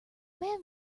man